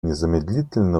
незамедлительно